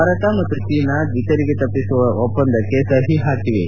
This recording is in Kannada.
ಭಾರತ ಮತ್ತು ಚೀನಾ ದ್ವಿ ತೆರಿಗೆ ತಪ್ಪಿಸುವ ಒಪ್ಪಂದಕ್ಕೆ ಸಹಿ ಹಾಕಿವೆ